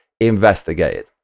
investigated